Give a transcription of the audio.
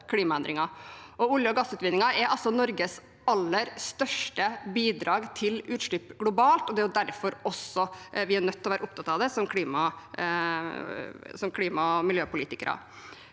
Olje- og gassutvinninger er Norges aller største bidrag til utslipp globalt, og det er derfor vi også er nødt til å være opptatt av det som klima- og miljøpolitikere.